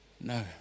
No